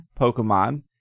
Pokemon